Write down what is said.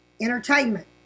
Entertainment